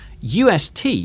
UST